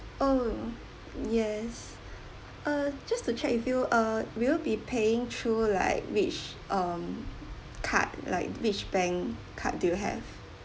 oh yes uh just to check with you uh will you be paying through like which um card like which bank card do you have